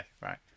right